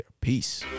peace